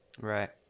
Right